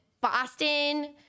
Boston